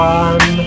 one